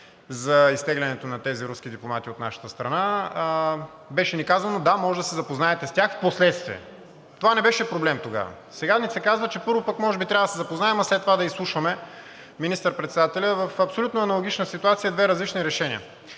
за изтеглянето на тези руски дипломати от нашата страна. Беше ни казано: „Да, може да се запознаете с тях впоследствие.“ Това не беше проблем тогава. Сега ни се казва, че първо пък може би трябва да се запознаем, а след това да изслушваме министър-председателя. В абсолютно аналогична ситуация – две различни решения.